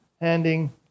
handing